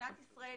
כשמדינת ישראל